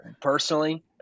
personally